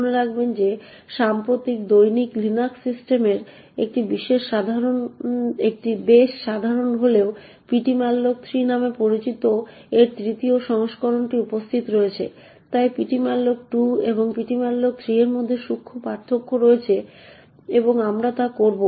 মনে রাখবেন যে সাম্প্রতিক দৈনিক লিনাক্স সিস্টেমে এটি বেশ সাধারণ হলেও ptmalloc3 নামে পরিচিত এর 3য় সংস্করণটিও উপস্থিত রয়েছে তাই ptmalloc2 এবং ptmalloc3 এর মধ্যে সূক্ষ্ম পার্থক্য রয়েছে এবং আমরা তা করব